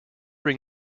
ring